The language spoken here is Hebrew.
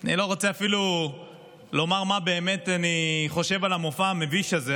אני לא רוצה אפילו לומר מה באמת אני חושב על המופע המביש הזה,